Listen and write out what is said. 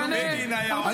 בגין היה אומר -- לא,